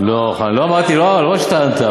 לא שטענת,